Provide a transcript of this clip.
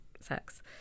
sex